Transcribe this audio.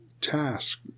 task